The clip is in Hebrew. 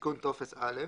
תיקון טופס א'.